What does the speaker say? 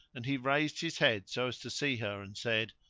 and he raised his head so as to see her and said,